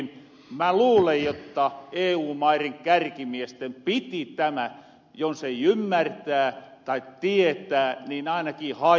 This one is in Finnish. mä luulen jotta eu mairen kärkimiesten piti tämä jos ei ymmärtää tai tietää niin ainakin haistaa